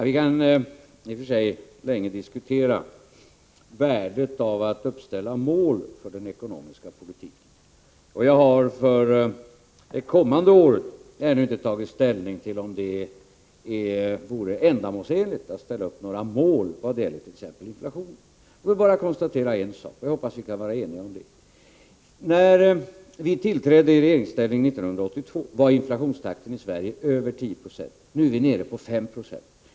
Fru talman! Vi kan säkert länge diskutera värdet av att uppställa mål för den ekonomiska politiken. För det kommande året har jag ännu inte tagit ställning till om det vore ändamålsenligt att ställa upp några mål vad gäller t.ex. inflationen. Låt mig bara konstatera en sak — jag hoppas vi kan vara eniga om den. När vi tillträdde i regeringsställning 1982 var inflationstakten i Sverige över 10 90. Nu är den nere på 5 90.